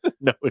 No